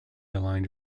aligned